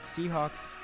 Seahawks